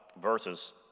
verses